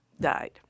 died